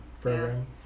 program